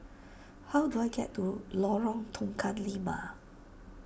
how do I get to Lorong Tukang Lima